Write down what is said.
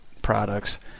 products